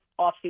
offseason